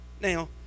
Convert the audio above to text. Now